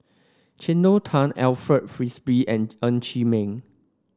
Cleo Thang Alfred Frisby and Ng Chee Meng